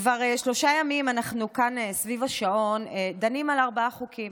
כבר שלושה ימים אנחנו דנים כאן סביב השעון על ארבעה חוקים.